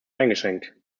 eingeschränkt